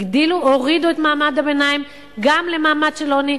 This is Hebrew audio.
הורידו את מעמד הביניים גם למעמד של עוני.